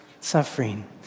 suffering